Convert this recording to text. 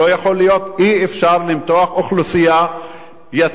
אי-אפשר למתוח אוכלוסייה יתר על המידה,